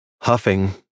Huffing